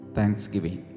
Thanksgiving